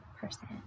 person